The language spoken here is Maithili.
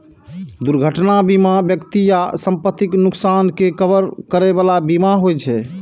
दुर्घटना बीमा व्यक्ति आ संपत्तिक नुकसानक के कवर करै बला बीमा होइ छे